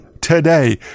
today